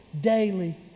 daily